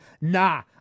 nah